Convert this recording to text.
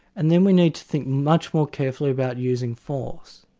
and then we need to think much more carefully about using force,